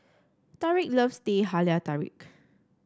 Tarik loves Teh Halia Tarik